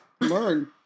Learn